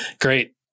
Great